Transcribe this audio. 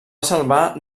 salvar